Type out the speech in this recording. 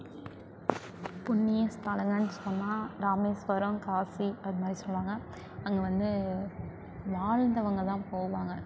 புண்ணிய ஸ்தலங்கள் சொன்னால் ராமேஸ்வரம் காசி அது மாதிரி சொல்லுவாங்க அங்கே வந்து வாழ்ந்தவாங்க தான் போவாங்க